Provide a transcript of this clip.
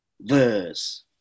verse